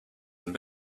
and